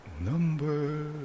number